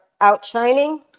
outshining